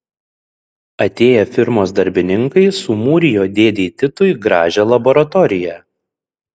atėję firmos darbininkai sumūrijo dėdei titui gražią laboratoriją